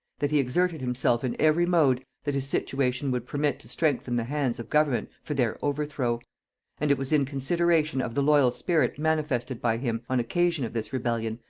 that he exerted himself in every mode that his situation would permit to strengthen the hands of government for their overthrow and it was in consideration of the loyal spirit manifested by him on occasion of this rebellion,